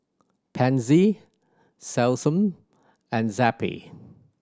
Pansy Selsun and Zappy